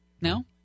No